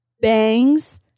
bangs